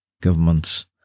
governments